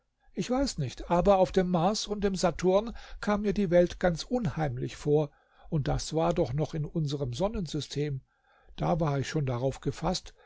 ich weiß nicht aber auf dem mars und dem saturn kam mir die welt ganz unheimlich vor und das war doch noch in unserm sonnensystem da war ich schon darauf gefaßt